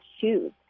choose